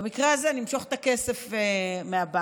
במקרה הזה נמשוך את הכסף מהבנק.